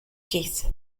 kiss